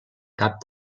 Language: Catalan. cap